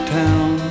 town